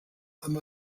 amb